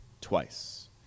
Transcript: twice